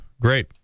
Great